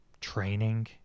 training